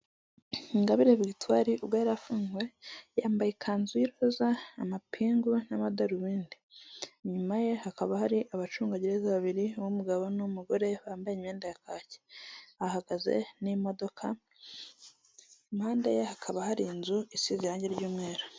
Ingabire Victoire ubwo yari afunzwe, yambaye ikanzu y'iroza amapingu n'amadarubindi, inyuma ye hakaba hari abacungagereza babiri uw'umugabo n'uw'umugore bambaye imyenda ya kaki, hahagaze n'imodoka, impande ye hakaba hari inzu isize irange ry'umweru.